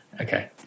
Okay